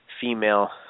female